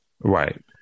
right